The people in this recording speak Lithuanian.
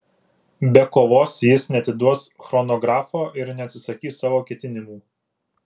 be kovos jis neatiduos chronografo ir neatsisakys savo ketinimų